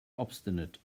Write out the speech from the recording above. obstinate